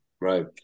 Right